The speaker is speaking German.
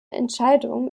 entscheidung